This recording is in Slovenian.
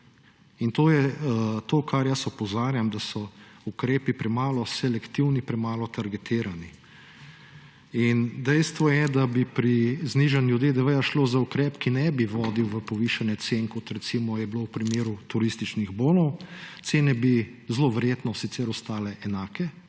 to je to, na kar jaz opozarjam, da so ukrepi premalo selektivni, premalo targetirani. Dejstvo je, da bi pri znižanju DDV šlo za ukrep, ki ne bi vodil v povišanje cen, kot je recimo bilo v primeru turističnih bonov. Cene bi zelo verjetno sicer ostale enake